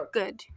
good